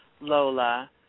Lola